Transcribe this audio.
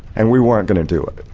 and we weren't going to do it,